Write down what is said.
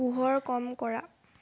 পোহৰ কম কৰা